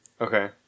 Okay